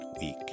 week